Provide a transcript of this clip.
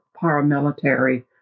paramilitary